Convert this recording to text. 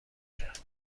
کرد